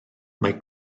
mae